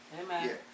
Amen